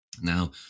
Now